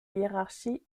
hiérarchie